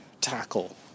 tackle